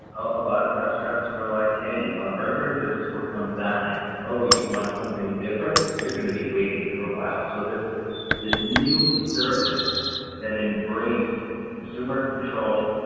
a lot of restaurants were like, hey, you want a burger? this is what comes on it. oh, you want something different? you're going to be waiting for a while. so this this new service that embraced consumer control,